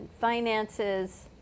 finances